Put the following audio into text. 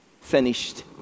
finished